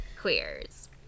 Queers